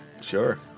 sure